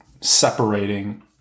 separating